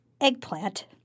eggplant